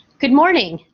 good morning!